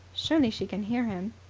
surely she can hear him?